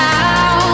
Now